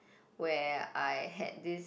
where I had this